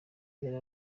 yari